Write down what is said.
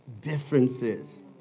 differences